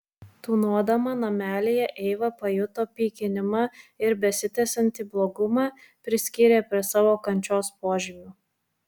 tūnodama namelyje eiva pajuto pykinimą ir besitęsiantį blogumą priskyrė prie savo kančios požymių